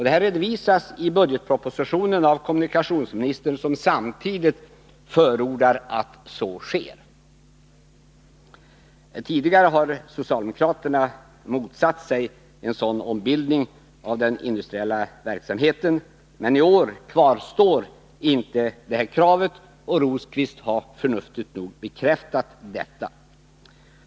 Detta redovisas i budgetpropositionen av kommunikationsministern, som samtidigt förordar att så sker. Tidigare har socialdemokraterna motsatt sig en sådan ombildning av den industriella verksamheten. Men i år kvarstår inte detta krav. Birger Rosqvist har förnuftigt nog bekräftat detta.